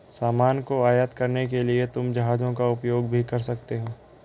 सामान को आयात करने के लिए तुम जहाजों का उपयोग भी कर सकते हो